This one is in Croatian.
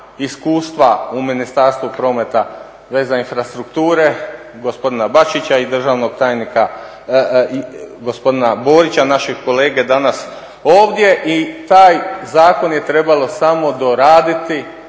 iskustva u Ministarstvu prometa, veza i infrastrukture gospodina Bačića i državnog tajnika gospodina Borića, naših kolega danas ovdje. I taj zakon je trebalo samo doraditi,